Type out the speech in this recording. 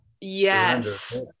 Yes